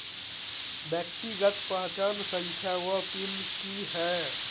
व्यक्तिगत पहचान संख्या वा पिन की है?